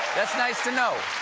that's nice to know.